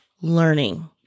learning